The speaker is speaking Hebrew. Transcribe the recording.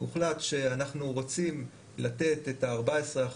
הוחלט שאנחנו רוצים את ה-14%,